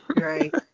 right